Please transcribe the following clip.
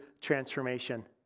transformation